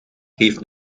heeft